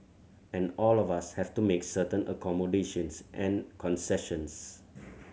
and all of us have to make certain accommodations and concessions